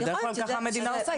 בדרך כלל כך המדינה עושה,